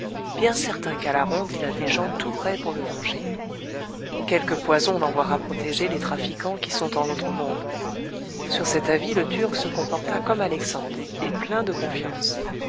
bien certains qu'à la ronde il a des gens tout prêts pour le venger quelque poison l'enverra protéger les trafiquants qui sont en l'autre monde sur cet avis le turc se comporta comme alexandre et plein de confiance